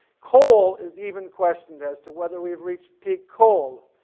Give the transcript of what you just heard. coal is even questioned as to whether we've reached peak coal.